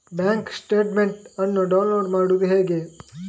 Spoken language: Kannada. ಬ್ಯಾಂಕ್ ಸ್ಟೇಟ್ಮೆಂಟ್ ಅನ್ನು ಡೌನ್ಲೋಡ್ ಮಾಡುವುದು ಹೇಗೆ?